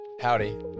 Howdy